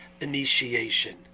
initiation